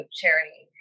charity